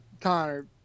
Connor